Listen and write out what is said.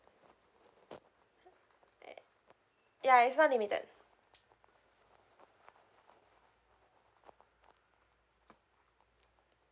ya it's not limited